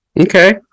Okay